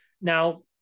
Now